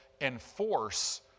enforce